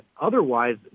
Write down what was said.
otherwise